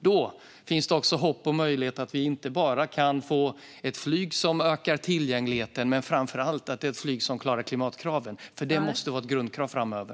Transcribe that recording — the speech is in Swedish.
Då finns också hopp och möjlighet att vi kan få ett flyg som inte bara ökar tillgängligheten utan också klarar klimatkraven. Det måste vara ett grundkrav framöver.